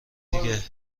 دیگه